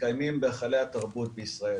מתקיימים בהיכלי התרבות בישראל